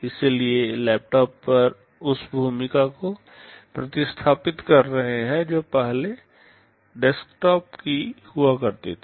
इसलिए लैपटॉप उस भूमिका को प्रतिस्थापित कर रहे हैं जो पहले डेस्कटॉप की हुआ करती थी